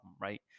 right